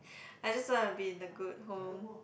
I just want to be in a good home